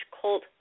cult